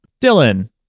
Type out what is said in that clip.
Dylan